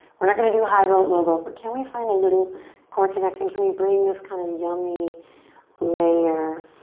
we're not gonna do high boat, low boat, but can we find a little core connecting? can we bring this kind of yummy layer